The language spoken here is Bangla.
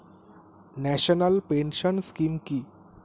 ন্যাশনাল পেনশন স্কিম কি?